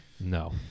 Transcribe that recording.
No